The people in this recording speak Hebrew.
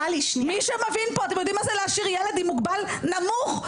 אתם יודעים מה זה להשאיר ילד מוגבל נמוך,